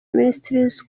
ministries